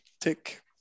Tick